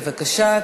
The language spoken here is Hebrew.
בבקשה,